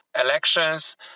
elections